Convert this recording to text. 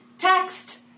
Text